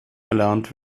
erlernt